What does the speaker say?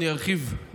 ארחיב,